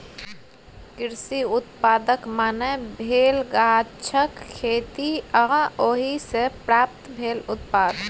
कृषि उत्पादक माने भेल गाछक खेती आ ओहि सँ प्राप्त भेल उत्पाद